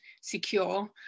secure